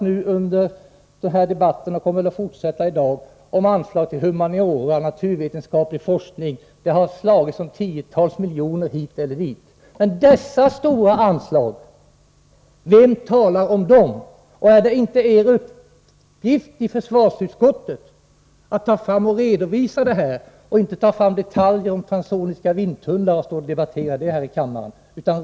I den här debatten har det talats om anslag till humaniora och naturvetenskaplig forskning, där man har slagits om tiotals miljoner hit eller dit, men de stora anslagen till militär forskning, vem talar om dem? Är det inte er uppgift i försvarsutskottet att redovisa vilka belopp det handlar om? I stället tar ni fram detaljer som transsoniska vindtunnlar och debatterar dem här i kammaren.